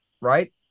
Right